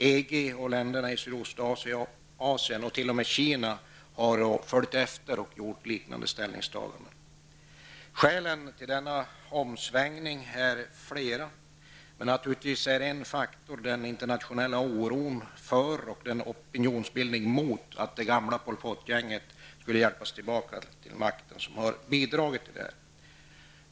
EG och länderna i Sydostasien och t.o.m. Kina har följt efter och gjort liknande ställningstaganden. Skälen till denna omsvängning är flera, men naturligtvis har den internationella oron för och opinionsbildningen mot att det gamla Pol Potgänget skulle hjälpas tillbaka till makten varit en faktor som har drivit på.